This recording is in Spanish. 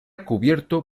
cubierto